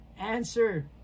answer